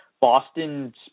Boston's